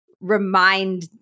remind